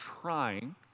trying